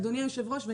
אדוני היושב-ראש,